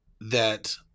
that-